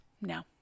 No